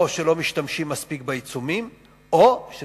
או שלא משתמשים מספיק בעיצומים,